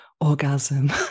orgasm